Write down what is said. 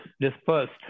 dispersed